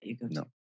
no